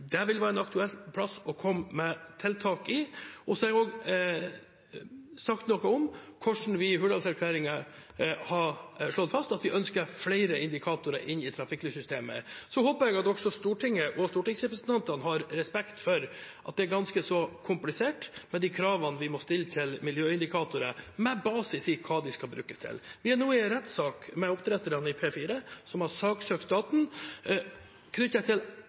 Det vil være en aktuell plass å komme med tiltak i. Og jeg har også sagt noe om hvordan vi i Hurdalsplattformen har slått fast at vi ønsker flere indikatorer i trafikklyssystemet. Så håper jeg at også Stortinget og stortingsrepresentantene har respekt for at det er ganske så komplisert med de kravene vi må stille til miljøindikatorer, med basis i hva de skal brukes til. Vi er nå i en rettssak med oppdretterne i produksjonsområde 4, som har saksøkt staten knyttet til